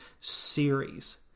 series